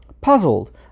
Puzzled